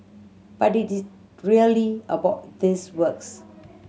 but is it really about these works